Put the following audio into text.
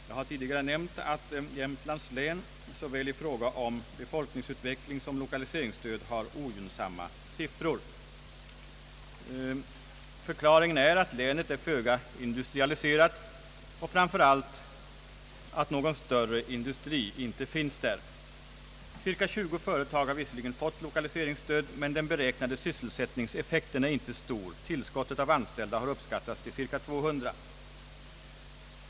Jag har tidigare nämnt att Jämtlands län såväl i fråga om befolkningsutveckling som lokaliseringsstöd har ogynnsamma siffror. Förklaringen är att länet är föga industrialiserat och framför allt att någon större industri inte finns där. Cirka 20 företag har visserligen fått lokaliseringsstöd, men den beräknade sysselsättningseffekten är inte stor. Tillskottet av anställda har uppskattats till cirka 200.